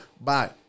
Bye